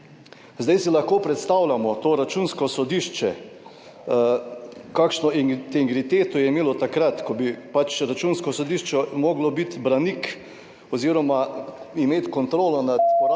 Zdaj si lahko predstavljamo to Računsko sodišče, kakšno integriteto je imelo takrat, ko bi pač Računsko sodišče moglo biti branik oz. imeti kontrolo nad porabo